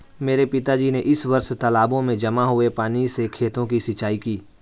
मेरे पिताजी ने इस वर्ष तालाबों में जमा हुए पानी से खेतों की सिंचाई की